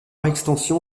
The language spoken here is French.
extension